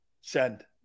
Send